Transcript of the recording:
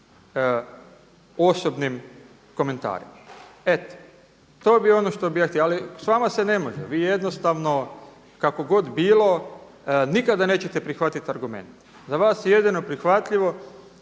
osobnim komentarima. Eto. To bi bilo ono što bih ja htio. Ali s vama se ne može. Vi jednostavno kako god bilo nikada nećete prihvatiti argumente. Za vas je jedino prihvatljivo